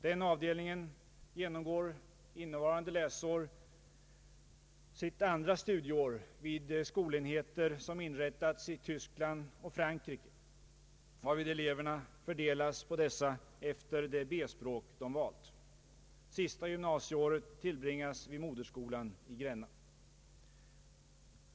Denna avdelning genomgår innevarande läsår sitt andra studieår vid skolenheter som inrättats i Tyskland och Frankrike, varvid eleverna fördelas på dessa efter det B-språk de valt. Sista gymnasieåret tillbringas vid moderskolan i Gränna.